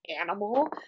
Animal